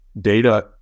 data